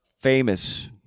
famous